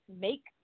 make